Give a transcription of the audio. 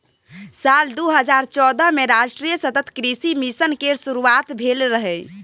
साल दू हजार चौदह मे राष्ट्रीय सतत कृषि मिशन केर शुरुआत भेल रहै